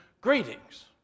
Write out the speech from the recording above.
greetings